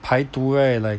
排毒 right like